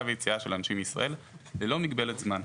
ויציאה של אנשים מישראל ללא מגבלת זמן.